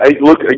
Look